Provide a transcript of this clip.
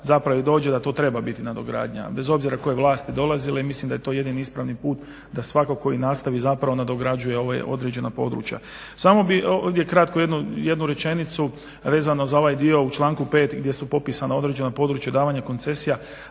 zapravo dođe da to treba biti nadogradnja, bez obzira koje vlasti dolazile, i mislim da je to jedini ispravni put, da svatko koji nastavi zapravo nadograđuje ovaj određena područja. Samo bih ovdje kratko jednu rečenicu vezano za ovaj dio u članku 5. gdje su popisana određena područja davanja koncesija,